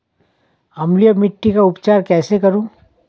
अम्लीय मिट्टी का उपचार कैसे करूँ?